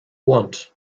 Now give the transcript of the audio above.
want